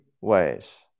ways